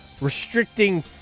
restricting